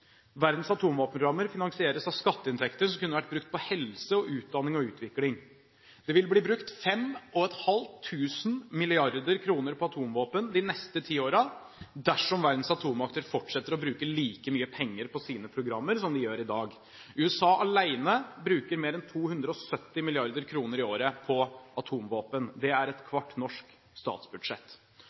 Verdens atomvåpenprogrammer finansieres av skatteinntekter som kunne vært brukt på helse, utdanning og utvikling. Det vil bli brukt 5 500 mrd. kr på atomvåpen de neste ti årene dersom verdens atommakter fortsetter å bruke like mye penger på sine programmer som de gjør i dag. USA alene bruker mer enn 270 mrd. kr i året på atomvåpen. Det er et kvart norsk statsbudsjett.